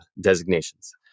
designations